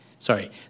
sorry